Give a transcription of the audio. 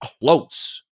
close